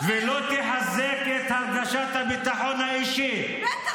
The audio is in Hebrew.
-- ולא תחזק את הרגשת הביטחון האישי -- בטח שתחזק.